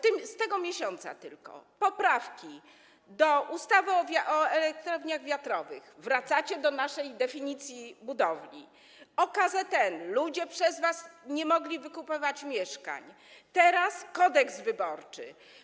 Tylko z tego miesiąca: poprawki do ustawy o elektrowniach wiatrowych - wracacie do naszej definicji budowli, o KZL - ludzie przez was nie mogli wykupywać mieszkań, teraz Kodeks wyborczy.